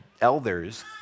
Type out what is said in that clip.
elders